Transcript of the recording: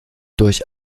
durch